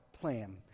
plan